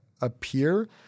appear